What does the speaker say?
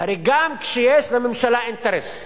הרי גם כשיש לממשלה אינטרס,